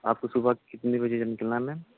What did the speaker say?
آپ کو صبح کتنے بجے نکلنا ہے میم